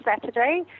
Saturday